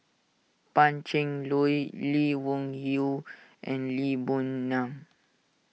Pan Cheng Lui Lee Wung Yew and Lee Boon Ngan